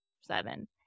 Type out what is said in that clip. seven